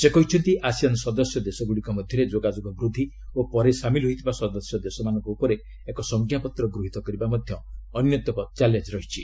ସେ କହିଛନ୍ତି ଆସିଆନର ସଦସ୍ୟ ଦେଶଗୁଡ଼ିକ ମଧ୍ୟରେ ଯୋଗାଯୋଗ ବୃଦ୍ଧି ଓ ପରେ ସାମିଲ ହୋଇଥିବା ସଦସ୍ୟ ଦେଶମାନଙ୍କ ଉପରେ ଏକ ସଂଙ୍କାପତ୍ର ଗୃହୀତ କରିବା ମଧ୍ୟ ଅନ୍ୟତମ ଚ୍ୟାଲେଞ୍ଜ ରହିଛି